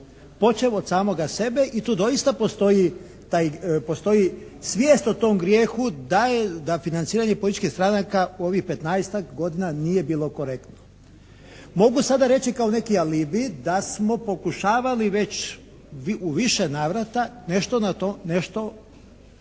Počev od samoga sebe i tu doista postoji svijest o tom grijehu da je, da financiranje političkih stranaka u ovih 15.-tak godina nije bilo korektno. Mogu sada reći kao neki alibi da smo pokušavali već u više navrata nešto glede tog